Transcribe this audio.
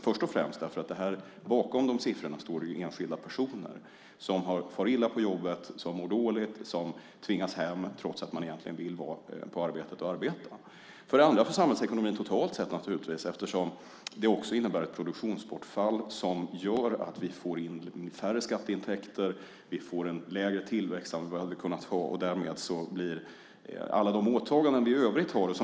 För det första finns bakom siffrorna enskilda personer som far illa på jobbet, mår dåligt och tvingas hem trots att de egentligen vill vara på arbetet och arbeta. För det andra är det dåligt för samhällsekonomin totalt sett. Det innebär ett produktionsbortfall som gör att vi får in mindre skatteintäkter och en lägre tillväxt än vad vi hade kunnat ha. Därmed har vi framöver lite sämre stöd för alla de åtaganden vi i övrigt har.